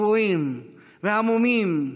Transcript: חפויים והמומים.